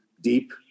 deep